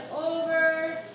over